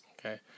Okay